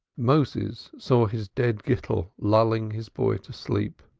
moses saw his dead gittel lulling his boy to sleep.